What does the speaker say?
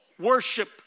worship